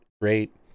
great